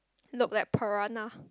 look like piranha